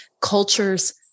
cultures